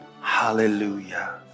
Hallelujah